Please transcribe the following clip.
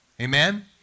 Amen